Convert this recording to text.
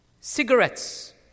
cigarettes